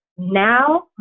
Now